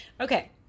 okay